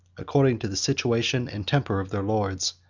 according to the situation and temper of their lords,